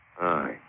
Aye